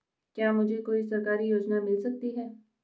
क्या मुझे कोई सरकारी योजना मिल सकती है?